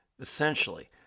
Essentially